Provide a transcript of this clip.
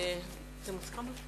התגמולים